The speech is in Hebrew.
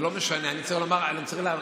זה לא משנה, אני צריך להקריא.